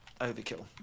overkill